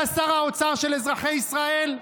אתה שר האוצר של אזרחי ישראל.